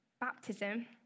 Baptism